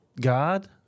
god